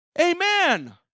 Amen